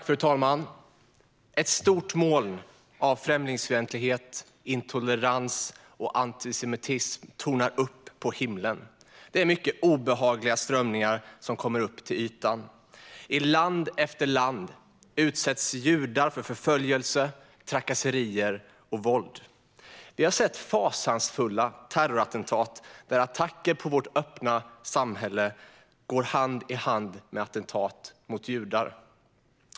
Fru talman! Ett stort moln av främlingsfientlighet, intolerans och antisemitism tornar upp sig på himlen. Det är mycket obehagliga strömningar som kommer upp till ytan. I land efter land utsätts judar för förföljelse, trakasserier och våld. Vi har sett fasansfulla terrorattentat, där attacker på vårt öppna samhälle går hand i hand med attentat mot judar.